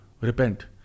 repent